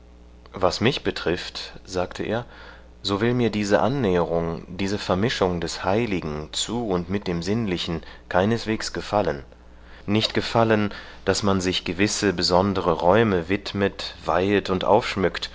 was mich betrifft sagte er so will mir diese annäherung diese vermischung des heiligen zu und mit dem sinnlichen keineswegs gefallen nicht gefallen daß man sich gewisse besondere räume widmet weihet und aufschmückt